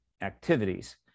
activities